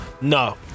no